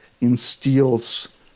instills